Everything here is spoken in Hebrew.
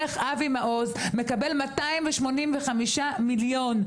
איך אבי מעוז מקבל 285 מיליון,